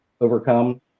overcome